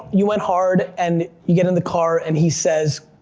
you went hard, and you get in the car, and he says,